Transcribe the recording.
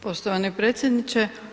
Poštovani predsjedniče.